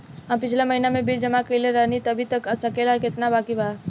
हम पिछला महीना में बिल जमा कइले रनि अभी बता सकेला केतना बाकि बा?